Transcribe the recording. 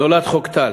נולד חוק טל